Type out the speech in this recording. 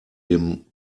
dem